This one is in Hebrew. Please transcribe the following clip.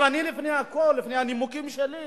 אבל אני, לפני הכול, לפני הנימוקים שלי,